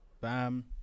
bam